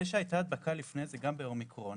זה שהייתה הדבקה לפני זה גם באומיקרון,